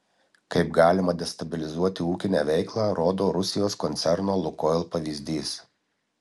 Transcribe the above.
kaip galima destabilizuoti ūkinę veiklą rodo rusijos koncerno lukoil pavyzdys